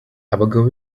abagabo